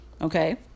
okay